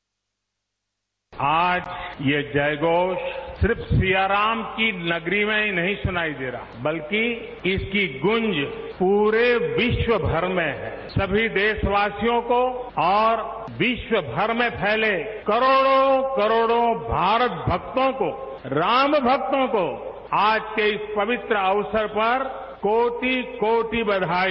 bite आज ये जय घोष सिर्फ सिया राम की नगरी में ही नहीं सुनाई दे रहा बल्कि इसकी गूंज प्ररे विश्वभर में सभी देशवासियों को और विश्व भर में फैले कोरोड़ो करोड़ों भारत भक्तों को राम भक्तों को आज के इस पवित्र अवसर पर कोटि कोटि बधाई